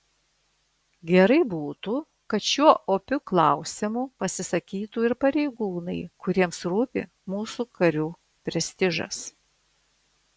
gerai būtų kad šiuo opiu klausimu pasisakytų ir pareigūnai kuriems rūpi mūsų karių prestižas